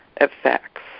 effects